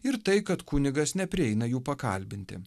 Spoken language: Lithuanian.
ir tai kad kunigas neprieina jų pakalbinti